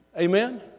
Amen